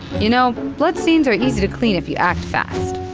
you know, blood stains are easy to clean if you act fast.